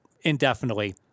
indefinitely